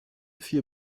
vier